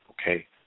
Okay